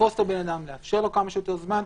לתפוס את הבן אדם, לאפשר לו כמה שיותר זמן,